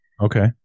Okay